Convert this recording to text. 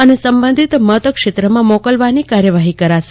અને સંબંધિત મતક્ષેત્રમાં મોકલવાની કાર્યવાહી કરાશે